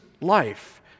life